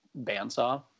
bandsaw